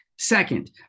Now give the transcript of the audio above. Second